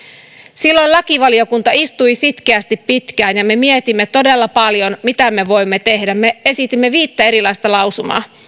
silloin lakivaliokunta istui sitkeästi pitkään ja me mietimme todella paljon mitä me voimme tehdä me esitimme viittä erilaista lausumaa